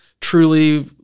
truly